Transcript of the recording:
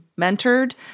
mentored